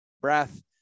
breath